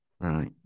Right